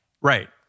Right